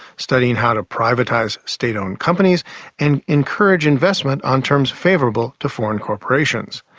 studying how to privatise state-owned companies and encourage investment on terms favourable to foreign corporations.